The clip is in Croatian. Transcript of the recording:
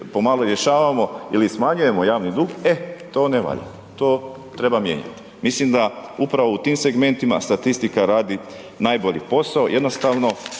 pomalo rješavamo ili smanjujemo javni dug, e, to ne valja, to treba mijenjati. Mislim da upravo u tim segmentima, statistika radi najbolji posao, jednostavno